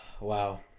Wow